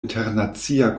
internacia